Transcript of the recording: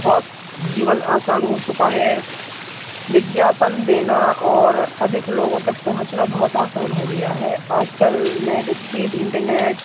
बहुत जीवन आसान हो चुका है विज्ञापन देना और अधिक लोगों तक पहुँचना बहुत आसान हो गया है आजकल नेट स्पीड इंटरनेट